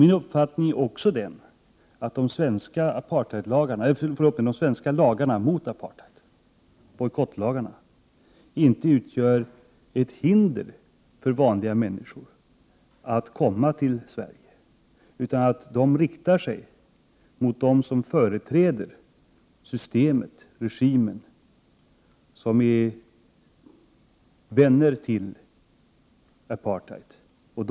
Min uppfattning är också den att de svenska lagarna mot apartheid, bojkottlagarna, inte utgör ett hinder för vanliga människor att komma till Sverige, utan att de riktar sig mot dem som företräder systemet och regimen, dem som är vänner till apartheid.